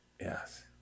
Yes